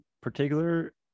particular